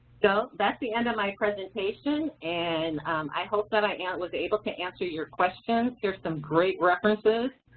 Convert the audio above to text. so that's the end of my presentation, and i hope that i and was able to answer your questions. here's some great references.